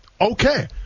Okay